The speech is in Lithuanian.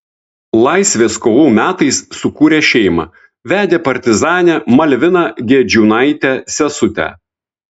laisvės kovų metais sukūrė šeimą vedė partizanę malviną gedžiūnaitę sesutę